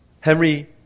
Henry